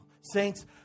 Saints